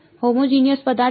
homogeneous પદાર્થ